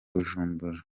bujumbura